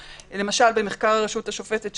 למשל: במחקר הרשות השופטת,